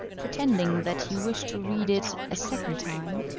pretending that he wished to read it a second time,